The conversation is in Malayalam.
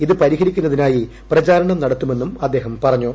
ഇത് പരിഹരിക്കുന്നതിനായി പ്രചാരണം നടത്തുമെന്നും അദ്ദേഹം പറഞ്ഞു